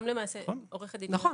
נכון.